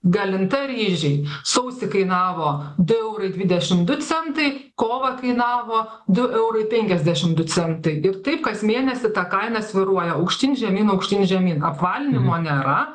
galinta ryžiai sausį kainavo du eurai dvidešim du centai kovą kainavo du eurai penkiasdešim du centai ir taip kas mėnesį ta kaina svyruoja aukštyn žemyn aukštyn žemyn apvalinimo nėra